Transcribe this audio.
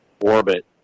orbit